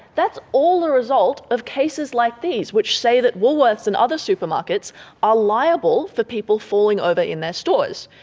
that's all the result of cases like these which say that woolworths and other supermarkets are liable for people falling over in their stores.